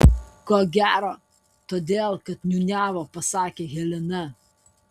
ko gero todėl kad niūniavo pasakė helena